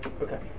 okay